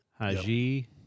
Haji